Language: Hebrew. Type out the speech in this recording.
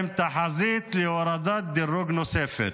עם תחזית להורדת דירוג נוספת.